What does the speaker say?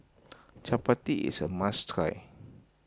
Chapati is a must try